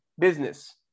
business